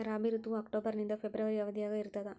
ರಾಬಿ ಋತುವು ಅಕ್ಟೋಬರ್ ನಿಂದ ಫೆಬ್ರವರಿ ಅವಧಿಯಾಗ ಇರ್ತದ